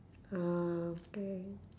ah okay